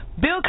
Bill